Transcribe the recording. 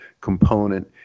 component